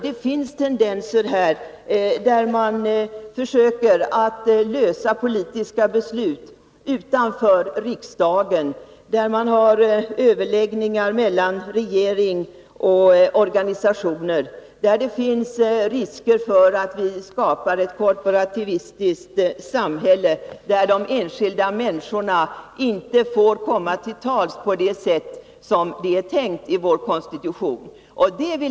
Det finns tendenser hos regeringen att försöka gå förbi riksdagen och fatta beslut efter överläggningar med olika organisationer. Det innebär risker för att man skapar ett korporativistiskt samhälle, där de enskilda människorna inte får komma till tals på det sätt som det är tänkt i vår konstitution.